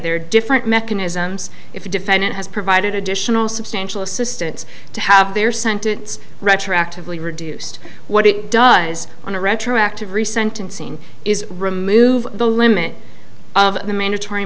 are different mechanisms if the defendant has provided additional substantial assistance to have their sentence retroactively reduced what it does on a retroactive re sentencing is remove the limit of the mandatory